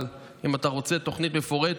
אבל אם אתה רוצה תוכנית מפורטת,